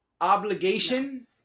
obligation